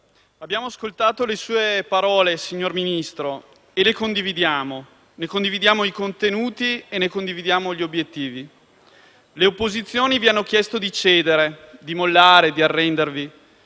Abbiamo ascoltato le sue parole, signor Ministro, e le condividiamo: ne condividiamo i contenuti e gli obiettivi. Le opposizioni vi hanno chiesto di cedere, di mollare, di arrendervi.